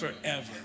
Forever